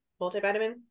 multivitamin